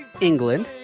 England